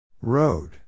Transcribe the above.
Road